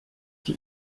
die